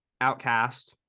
Outcast